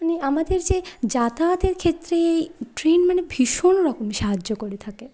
মানে আমাদের যে যাতায়াতের ক্ষেত্রে এই ট্রেন মানে ভীষণ রকম সাহায্য করে থাকে